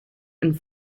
and